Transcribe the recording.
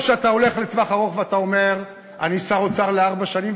או שאתה הולך לטווח ארוך ואתה אומר: אני שר אוצר לארבע שנים,